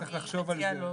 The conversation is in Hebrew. אני חושב שצריך לחשוב על זה.